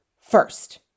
first